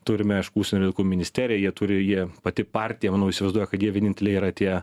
turime iš užsienio ku ministeriją jie turi jie pati partija manau įsivaizduoja kad jie vieninteliai yra tie